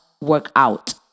Workout